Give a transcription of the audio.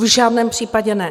V žádném případě ne.